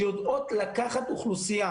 שיודעות לקחת אוכלוסייה